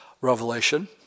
Revelation